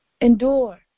endure